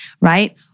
Right